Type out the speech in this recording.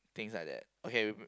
things like that